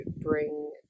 bring